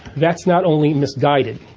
that's not only misguided,